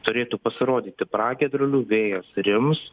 turėtų pasirodyti pragiedrulių vėjas rims